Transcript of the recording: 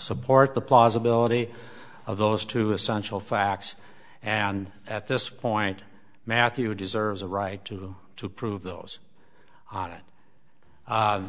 support the plausibility of those two essential facts and at this point matthew deserves a right to to prove those on it